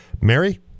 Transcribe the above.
Mary